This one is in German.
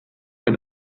ein